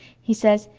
he says,